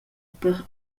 per